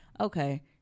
Okay